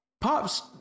Pop's